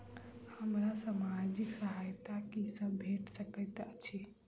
हमरा सामाजिक सहायता की सब भेट सकैत अछि?